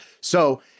So-